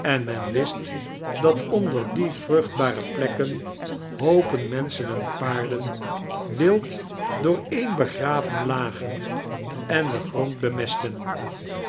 en men vfiat dat ondar die vruchtfoare plekken hoopan mensehen en paardetn wild dooreen begraven lagan en den grond bemestten